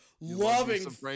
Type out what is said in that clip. Loving